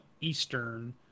Eastern